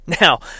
Now